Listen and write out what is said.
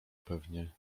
pewnie